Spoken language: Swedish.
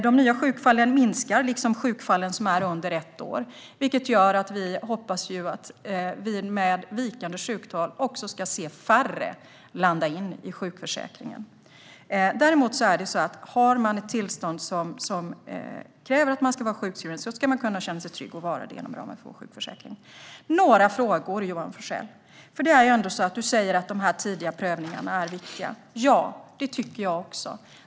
De nya sjukfallen minskar liksom sjukfallen som är kortare ett år, vilket gör att vi med de vikande sjuktalen hoppas få se färre som landar i sjukförsäkringen. Däremot ska man, om man har ett tillstånd som kräver sjukskrivning, kunna känna sig trygg och vara sjukskriven inom ramen för sjukförsäkringen. Jag har några frågor, Johan Forssell. Du säger att de tidiga prövningarna är viktiga. Ja, det tycker jag också.